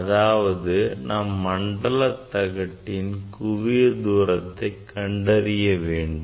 அதாவது நாம் மண்டல தகட்டின் குவியத் தூரத்தை கண்டறிய வேண்டும்